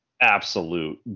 absolute